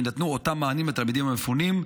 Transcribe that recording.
יינתנו אותם המענים לתלמידים המפונים.